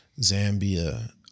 Zambia